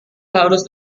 harus